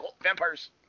vampires